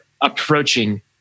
approaching